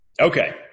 Okay